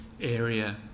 area